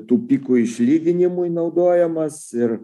tų pikų išlyginimui naudojamas ir